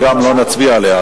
וגם לא נצביע עליה,